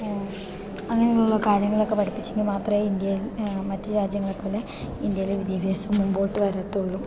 അങ്ങനെയുള്ള കാര്യങ്ങളൊക്കെ പഠിപ്പിച്ചെങ്കി മാത്രേ ഇന്ത്യയിൽ മറ്റു രാജ്യങ്ങളെപ്പോലെ ഇന്ത്യയിലെ വിദ്യാഭ്യാസം മുമ്പോട്ട് വരത്തൊള്ളു